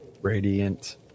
Radiant